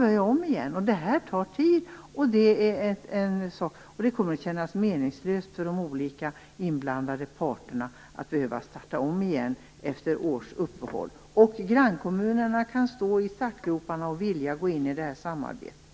Man får börja om igen. Det kommer att kännas meningslöst för de olika inblandade parterna att behöva starta om igen efter flera års uppehåll. Grannkommunerna kan stå i startgroparna och vilja gå in i samarbetet.